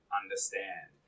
understand